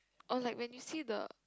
or like when you see the